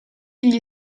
gli